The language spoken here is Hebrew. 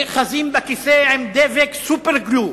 נאחזים בכיסא עם דבק סופר-גלו.